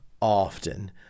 often